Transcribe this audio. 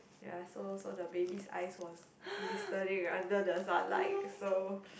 ya so so the baby's eyes was blistering under the sunlight so